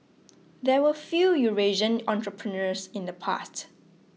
there were few Eurasian entrepreneurs in the past